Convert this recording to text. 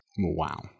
Wow